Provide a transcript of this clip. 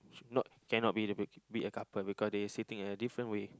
not cannot be the be a couple because they sitting in a different way